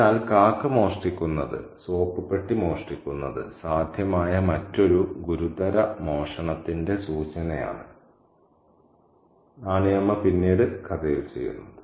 അതിനാൽ കാക്ക മോഷ്ടിക്കുന്നത് സോപ്പ് പെട്ടി മോഷ്ടിക്കുന്നത് സാധ്യമായ മറ്റൊരു ഗുരുതര മോഷണത്തിന്റെ സൂചനയാണ് നാണി അമ്മ പിന്നീട് കഥയിൽ ചെയ്യുന്നത്